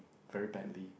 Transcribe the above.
very badly